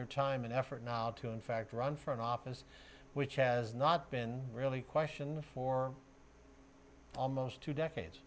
your time and effort now to in fact run for an office which has not been really questioned for almost two decades